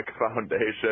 foundation